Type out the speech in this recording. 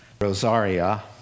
Rosaria